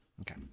okay